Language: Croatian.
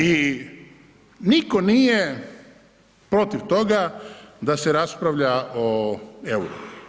I nitko nije protiv toga da se raspravlja o euru.